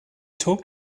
talk